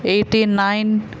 eighty nine